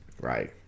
right